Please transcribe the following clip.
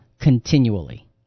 continually